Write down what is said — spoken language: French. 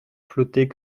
flottait